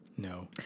No